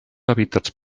hàbitats